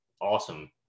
awesome